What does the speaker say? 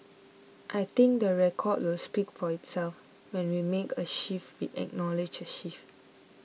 I think the record will speak for itself when we make a shift we acknowledge a shift